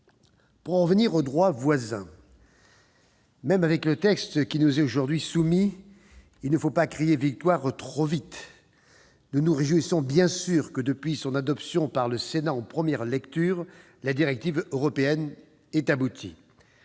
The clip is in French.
Pour en revenir aux droits voisins, même avec le texte qui nous est aujourd'hui soumis, il ne faut pas crier victoire trop vite. Nous nous réjouissons que, depuis l'adoption de celui-ci par le Sénat en première lecture, la directive européenne ait abouti.